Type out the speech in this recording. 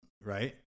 right